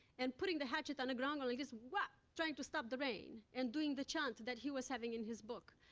and putting the hatchet on the ground, going like this whap! trying to stop the rain, and doing the chant that he was having in his book.